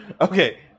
Okay